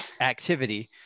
activity